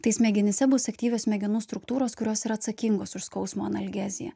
tai smegenyse bus aktyvios smegenų struktūros kurios yra atsakingos už skausmo analgeziją